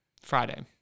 Friday